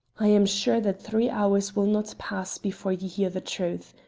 i am sure that three hours will not pass before you hear the truth.